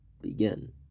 begin